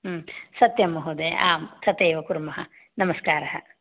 सत्यं महोदय आं तथैव कुर्मः नमस्कारः